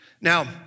Now